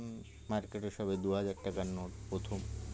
market এ সবে দু হাজার টাকার নোট প্রথম